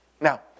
Now